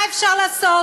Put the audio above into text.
מה אפשר לעשות?